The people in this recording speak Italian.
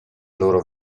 loro